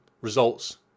results